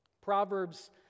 Proverbs